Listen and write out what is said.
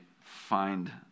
find